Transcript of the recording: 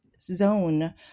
zone